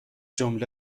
جمله